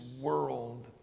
world